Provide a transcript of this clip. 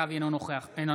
אינה נוכחת מטי צרפתי הרכבי,